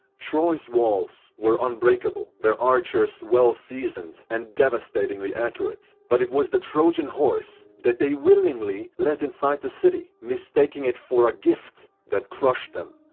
troy's walls were unbreakable, their archers well-seasoned and devestatingly accurate, but it was the trojan horse that they willingly let inside the city, mistaking it for a gift, that crushed them.